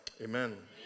Amen